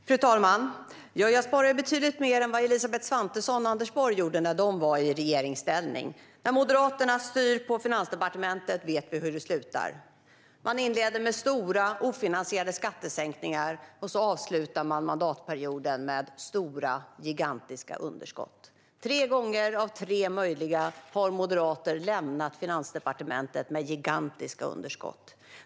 Fru talman! Jag sparar betydligt mer än vad Elisabeth Svantesson och Anders Borg gjorde när de satt i regeringsställning. När Moderaterna styr på Finansdepartementet vet vi hur det slutar: Man inleder med stora, ofinansierade skattesänkningar och avslutar mandatperioden med gigantiska underskott. Tre gånger av tre möjliga har moderater lämnat Finansdepartementet med gigantiska underskott.